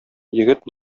егет